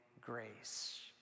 grace